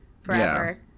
forever